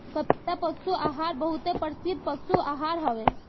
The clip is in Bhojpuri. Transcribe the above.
कपिला पशु आहार बहुते प्रसिद्ध पशु आहार हवे